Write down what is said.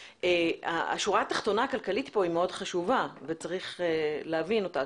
השורה התחתונה הכלכלית כאן היא מאוד חשובה וצריך להבין אותה.